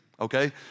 Okay